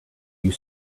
you